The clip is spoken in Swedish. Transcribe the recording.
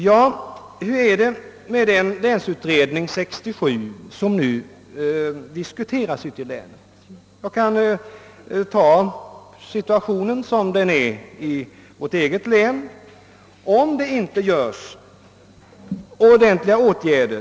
Ja, hur är det med den utredning, Länsplanering 67, som nu diskuteras ute i länen? Jag kan redovisa situationen sådan den är i mitt hemlän.